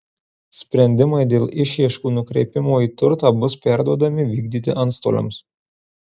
sprendimai dėl išieškų nukreipimo į turtą bus perduodami vykdyti antstoliams